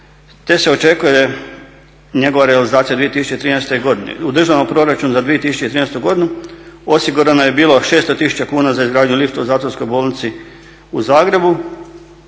te se očekuje njegova realizacija 2013.godini. U državnom proračunu za 2013.godinu osigurano je bilo 600 tisuća kuna za izgradnju lifta u Zatvorskoj bolnici u Zagrebu,